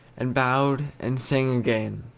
and bowed and sang again.